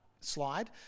slide